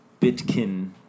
Bitkin